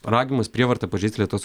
ragimas prievarta pažeist lietuvos